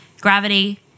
gravity